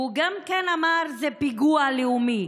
והוא גם אמר: זה פיגוע לאומי.